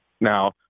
Now